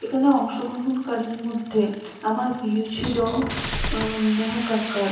এখানে অংশগ্রহণকারীর মধ্যে আমার প্রিয় ছিলো নেহা কাক্কার